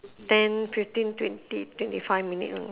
ten fifteen twenty twenty five minute only